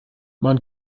man